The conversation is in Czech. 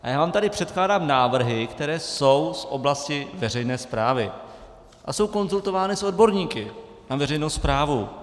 A já vám tady předkládám návrhy, které jsou z oblasti veřejné správy a jsou konzultovány s odborníky na veřejnou správu.